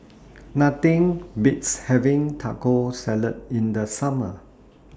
Nothing Beats having Taco Salad in The Summer